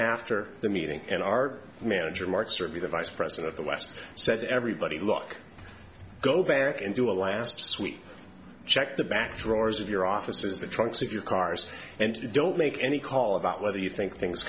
after the meeting and our manager mark certainly the vice president of the west said everybody look go back and do a last suite check the back drawers of your offices the trunks of your cars and don't make any call about whether you think things